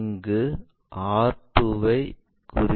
இங்கு r2 வை குறிப்பிடலாம்